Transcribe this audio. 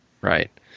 Right